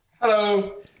Hello